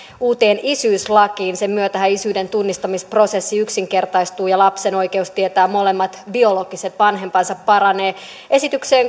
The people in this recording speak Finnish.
uuteen isyyslakiin sen myötähän isyyden tunnustamisprosessi yksinkertaistuu ja lapsen oikeus tietää molemmat biologiset vanhempansa paranee esitykseen